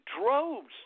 droves